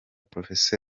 prof